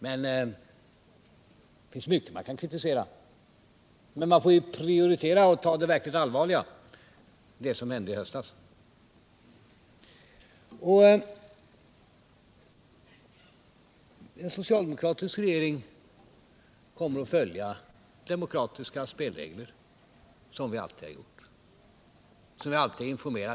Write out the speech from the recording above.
Det finns mycket man kan kritisera, men man får prioritera och ta det verkligt allvarliga — det som hände i höstas. En socialdemokratisk regering kommer att följa demokratiska spelregler, vilket vi alltid har gjort.